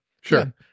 Sure